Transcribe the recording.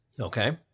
Okay